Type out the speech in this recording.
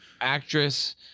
actress